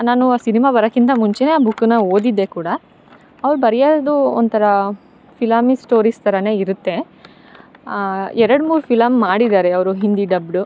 ನಾನು ಆ ಸಿನಿಮಾ ಬರೋಕ್ಕಿಂತ ಮುಂಚೆ ಆ ಬುಕ್ನ ಓದಿದ್ದೆ ಕೂಡ ಅವ್ರು ಬರಿಯೋದು ಒಂಥರ ಫಿಲಮಿ ಸ್ಟೋರಿಸ್ ಥರಾ ಇರುತ್ತೆ ಎರಡು ಮೂರು ಫಿಲಮ್ ಮಾಡಿದಾರೆ ಅವರು ಹಿಂದಿ ಡಬ್ಡ್